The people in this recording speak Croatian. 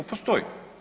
Postoji.